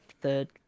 third